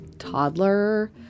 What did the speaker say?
toddler